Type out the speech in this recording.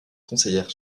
conseillère